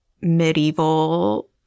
medieval